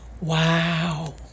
Wow